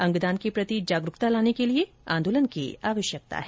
अंगदान के प्रति जागरूकता लाने के लिये आंदोलन की आवश्यकता है